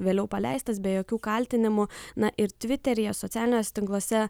vėliau paleistas be jokių kaltinimų na ir tviteryje socialiniuose tinkluose